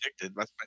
addicted